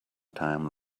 time